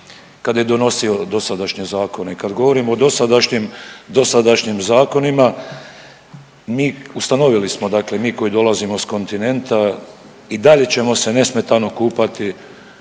kada je donosio dosadašnje zakone. Kad govorimo o dosadašnjim zakonima mi ustanovili smo dakle mi koji dolazimo s kontinenta i dalje ćemo se nesmetano kupati